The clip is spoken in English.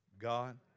God